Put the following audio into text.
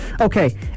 Okay